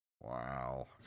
Wow